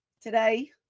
today